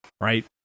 right